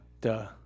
duh